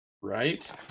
right